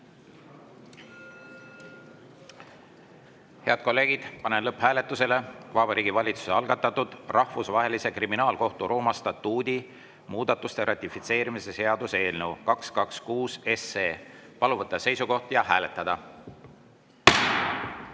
kolleegid, panen lõpphääletusele Vabariigi Valitsuse algatatud Rahvusvahelise Kriminaalkohtu Rooma statuudi muudatuste ratifitseerimise seaduse eelnõu 226. Palun võtta seisukoht ja hääletada!